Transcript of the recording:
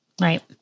Right